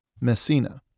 Messina